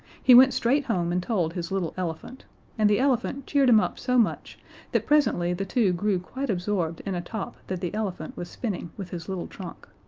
he went straight home and told his little elephant and the elephant cheered him up so much that presently the two grew quite absorbed in a top that the elephant was spinning with his little trunk.